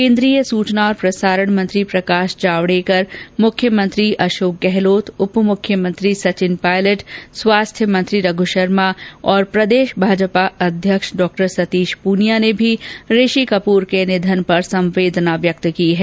केन्द्रीय सूचना और प्रसारण मंत्री प्रकाश जावडेकर मुख्यमंत्री अशोक गहलोत तथा उप मुख्यमंत्री सचिन पायलट स्वास्थ्य मंत्री रघु शर्मा और प्रदेश भाजपा अध्यक्ष डॉ सतीश पूनिया ने भी ऋषि कपूर के निधन पर दुख व्यक्त किया है